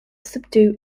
subdue